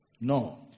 No